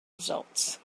results